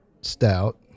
stout